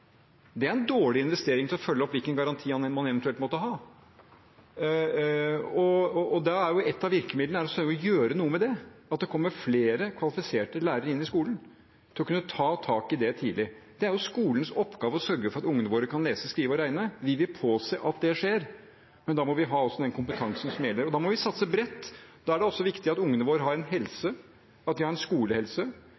Det er en dårlig investering for å følge opp, uansett hvilken garanti man eventuelt måtte ha. Da er et av virkemidlene å gjøre noe med det, at det kommer flere kvalifiserte lærere inn i skolen for å kunne ta tak i det tidlig. Det er skolens oppgave å sørge for at ungene våre kan lese, skrive og regne. Vi vil påse at det skjer, men da må vi også ha den kompetansen som trengs. Da må vi satse bredt. Det er også viktig at ungene våre har helse, at det er en